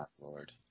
lord